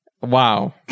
wow